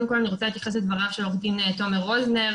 קודם כל אני רוצה להתייחס לדבריו של עו"ד תומר רוזנר.